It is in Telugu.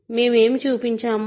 మేము ఏమి చూపించాము